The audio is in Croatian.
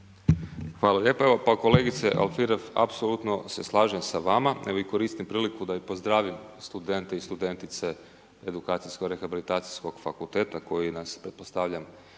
Hvala lijepo. Kolegice Alfirev apsolutno se slažem s vama i koristim priliku da pozdravim studente i studentici edukacijsko rehabilitacijskog fakulteta koji nas, pretpostavljam